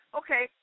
okay